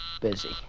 busy